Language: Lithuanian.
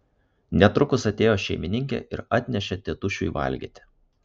netrukus atėjo šeimininkė ir atnešė tėtušiui valgyti